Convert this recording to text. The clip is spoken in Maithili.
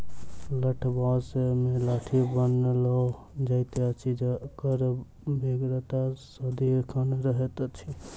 लठबाँस सॅ लाठी बनाओल जाइत अछि जकर बेगरता सदिखन रहैत छै